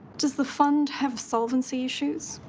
does the fund have solvency issues?